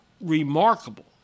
remarkable